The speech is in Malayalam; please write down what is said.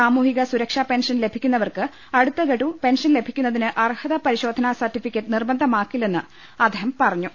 സാമൂ ഹിക സുരക്ഷാ പെൻഷൻ ലഭിക്കു ന്ന വർക്ക് അടുത്തഗഡു പെൻഷൻ ലഭിക്കുന്നതിന് അർഹത പരിശോധനാ സർട്ടിഫിക്കറ്റ് നിർബന്ധമാക്കില്ലെന്ന് അദ്ദേഹം പറഞ്ഞു